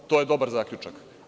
To je dobar zaključak.